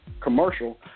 commercial